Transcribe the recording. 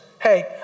Hey